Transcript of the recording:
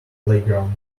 playground